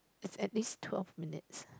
is at least twelve minutes